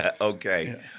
Okay